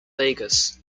vegas